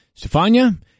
Stefania